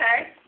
Okay